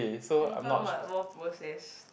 but more processed